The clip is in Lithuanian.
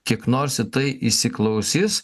kiek nors į tai įsiklausys